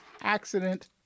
accident